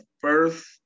first